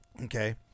Okay